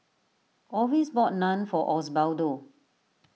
Orvis bought Naan for Osbaldo